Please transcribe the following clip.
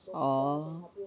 oh